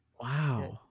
wow